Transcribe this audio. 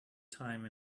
time